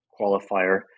qualifier